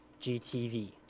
GTV